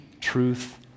truth